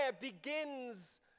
begins